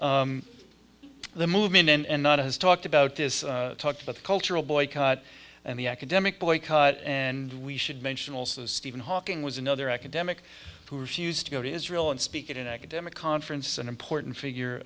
so the movement and not has talked about this talked about cultural boycott and the academic boycott and we should mention also stephen hawking was another academic who refused to go to israel and speak in an academic conference an important figure